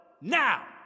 now